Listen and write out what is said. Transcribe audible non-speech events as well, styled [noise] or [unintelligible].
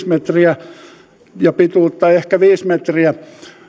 [unintelligible] metriä ja pituutta ehkä viisi metriä